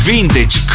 Vintage